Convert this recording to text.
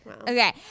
Okay